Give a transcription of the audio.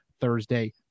Thursday